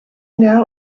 now